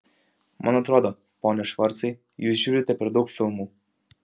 man atrodo pone švarcai jūs žiūrite per daug filmų